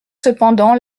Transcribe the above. cependant